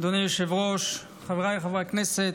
אדוני היושב-ראש, חבריי חברי הכנסת,